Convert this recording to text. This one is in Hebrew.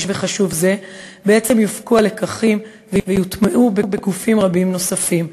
וחשוב זה יופקו הלקחים ויוטמעו בגופים רבים נוספים.